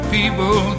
People